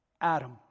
Adam